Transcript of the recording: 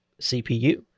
cpu